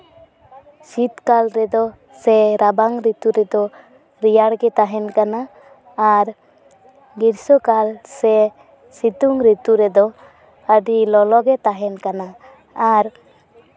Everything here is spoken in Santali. ᱥᱤᱛᱠᱟᱞ ᱨᱮᱫᱚ ᱥᱮ ᱨᱟᱵᱟᱝ ᱨᱤᱛᱩ ᱨᱮᱫᱚ ᱨᱮᱭᱟᱲ ᱜᱮ ᱛᱟᱦᱮᱱ ᱠᱟᱱᱟ ᱟᱨ ᱜᱤᱥᱥᱚᱠᱟᱞ ᱥᱮ ᱥᱤᱛᱩᱝ ᱨᱮᱫᱚ ᱟᱹᱰᱤ ᱞᱚᱞᱚᱜᱮ ᱛᱟᱦᱮᱱ ᱠᱟᱱᱟ ᱟᱨ